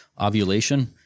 ovulation